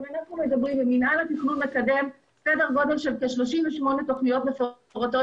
מינהל התכנון מקדם כ-38 תוכניות מפורטות